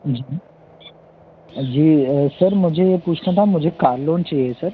जी जी सर मुझे ये पूछना था मुझे कार लोन चाहिए सर